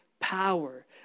power